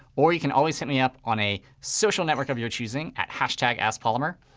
or you can always hit me up on a social network of your choosing at hashtag askpolymer.